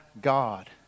God